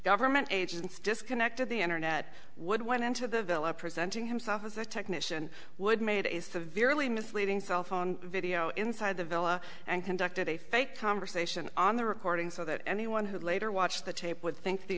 government agents disconnected the internet would went into the villa presenting himself as the technician would made it is the very early misleading cell phone video inside the villa and conducted a fake conversation on the recording so that anyone who later watched the tape would think the